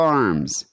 arms